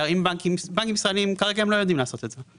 בנקים ישראלים כרגע לא יודעים לעשות את זה.